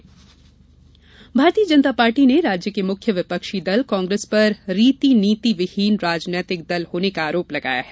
भाजपा भारतीय जनता पार्टी ने राज्य के मुख्य विपक्षी दल कांग्रेस पर रीती नीति विहीन राजनीतिक दल होने का आरोप लगाया है